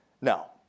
Now